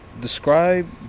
describe